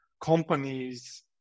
companies